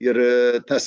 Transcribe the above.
ir tas